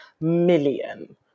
million